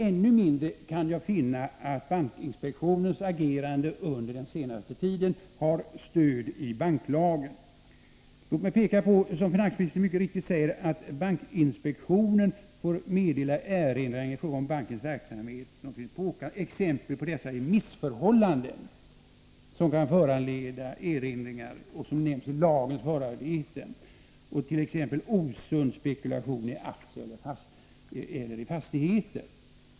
Ännu mindre kan jag finna att bankinspektionens agerande under den senaste tiden har stöd i banklagen. Låt mig peka på att, som finansministern mycket riktigt säger, bankinspektionen får meddela de erinringar i fråga om bankernas verksamhet som man finner påkallade. Exempel på missförhållanden som kan föranleda erinringar nämns i lagens förarbeten, bl.a. osund spekulation i aktier eller fastigheter.